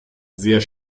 sehr